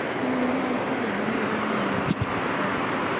oh, why didn't we remain with mr. brett!